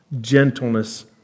gentleness